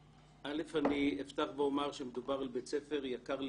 א, אני אפתח ואומר שמדובר על בית ספר יקר לליבנו,